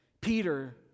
peter